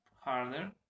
harder